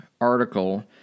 article